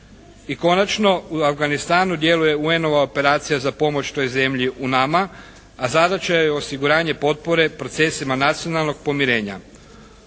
I konačno, u Afganistanu djeluje UN-ova operacija za pomoć toj zemlji UNAMA a zadaća joj je osiguranje potpore procesima nacionalnog pomirenja.